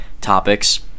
topics